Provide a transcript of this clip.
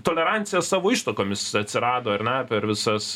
tolerancija savo ištakomis atsirado ar ne per visas